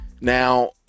Now